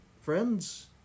Friends